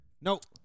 Nope